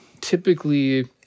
typically –